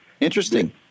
interesting